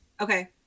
okay